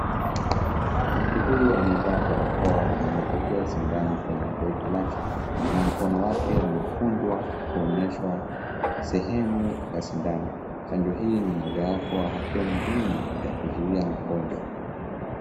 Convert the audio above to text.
Mtu huyu amevaa barakoa na anapokea sindano kwenye mbega lake. Na mkono wake umekunjwa kuonyeshwa sehemu ya sindano. Chanjo hii ni mojawapo wahatua muhimu ya kuzuia magonjwa.